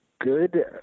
good